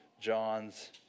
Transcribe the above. John's